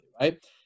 right